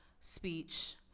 speech